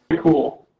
cool